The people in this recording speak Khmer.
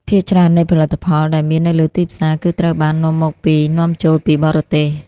ភាគច្រើននៃផលិតផលដែលមាននៅលើទីផ្សារ គឺត្រូវបាននាំមកពីនាំចូលពីបរទេស។